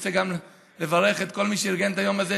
רוצה לברך גם את כל מי שארגן את היום הזה,